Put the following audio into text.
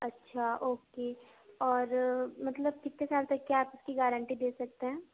اچھا اوکے اور مطلب کتنے سال تک کی آپ اس کی گارنٹی دے سکتے ہیں